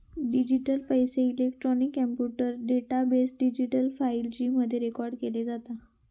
digital पैसो, electronic computer database, digital फाईली मध्ये रेकॉर्ड केलो जाता